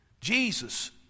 jesus